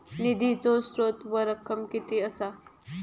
निधीचो स्त्रोत व रक्कम कीती असा?